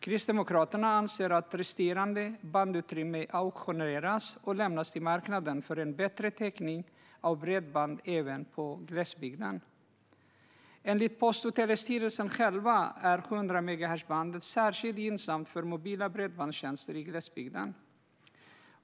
Kristdemokraterna anser att resterande bandutrymme ska auktioneras ut och lämnas till marknaden för en bättre täckning av bredband även på glesbygden. Enligt Post och telestyrelsen är 700-megahertzbandet särskilt gynnsamt för mobila bredbandstjänster i glesbygden.